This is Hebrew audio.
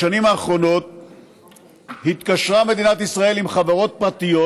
בשנים האחרונות התקשרה מדינת ישראל עם חברות פרטיות,